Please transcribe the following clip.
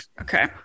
okay